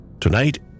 Tonight